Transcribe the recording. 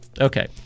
Okay